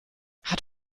hat